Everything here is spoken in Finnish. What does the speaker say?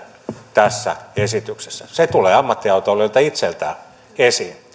tässä esityksessä se tulee ammattiautoilijoilta itseltään esiin